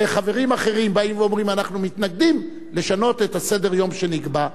וחברים אחרים באים ואומרים: אנחנו מתנגדים לשינוי סדר-היום שנקבע,